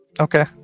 okay